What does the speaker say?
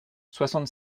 soixante